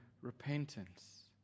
repentance